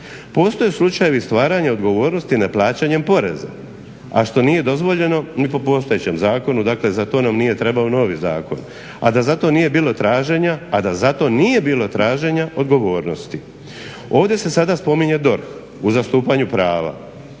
Postoje slučajevi stvaranja odgovornosti ne plaćanjem poreza, a što nije dozvoljeno ni po postojećem zakonu, dakle za to nam nije trebao novi zakon, a da za to nije bilo traženja odgovornosti. Ovdje se sada spominje DORH u zastupanju prava.